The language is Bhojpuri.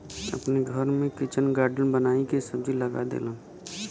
अपने घर में किचन गार्डन बनाई के सब्जी लगा देलन